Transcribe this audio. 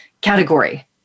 category